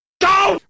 Go